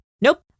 Nope